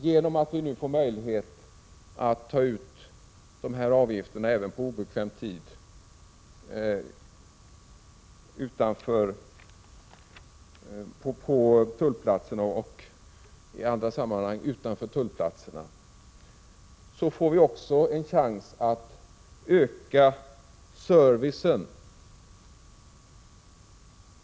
Genom att vi nu får möjlighet att ta ut dessa avgifter för obekväm arbetstid och vid förtullning utanför tullplatserna, får vi i själva verket också en chans att öka servicen.